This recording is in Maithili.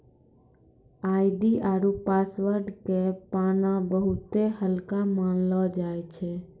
आई.डी आरु पासवर्ड के पाना बहुते हल्का मानलौ जाय छै